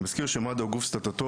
אני מזכיר שמד"א הוא גוף סטטוטורי,